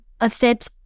accept